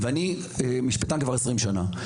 ואני משפטן כבר 20 שנה,